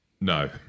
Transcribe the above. No